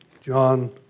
John